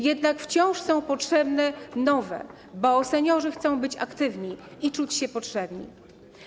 Jednak wciąż są potrzebne nowe, bo seniorzy chcą być aktywni i czuć się potrzebni.